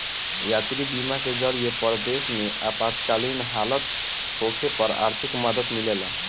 यात्री बीमा के जरिए परदेश में आपातकालीन हालत होखे पर आर्थिक मदद मिलेला